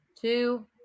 Two